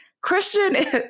Christian